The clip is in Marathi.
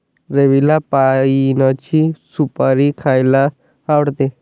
रवीला पाइनची सुपारी खायला आवडते